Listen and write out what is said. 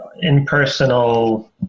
impersonal